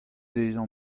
dezhañ